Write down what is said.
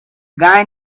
guy